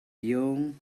young